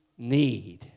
need